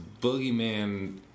boogeyman